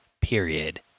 period